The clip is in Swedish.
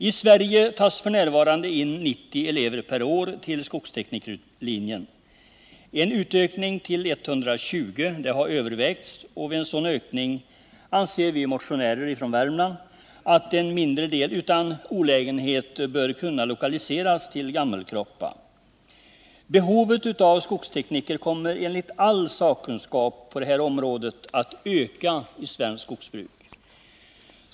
I Sverige tas f. n. in 90 elever per år till skogsteknikerlinjen. En utökning till 120 har övervägts, och vid en sådan ökning anser vi motionärer från Värmland att en mindre del utan olägenhet bör kunna lokaliseras till Gammelkroppa. Behovet av skogstekniker kommer enligt all sakkunskap på det här området att öka i svenskt skogsbruk.